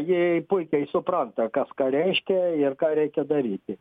ji puikiai supranta kas ką reiškia ir ką reikia daryti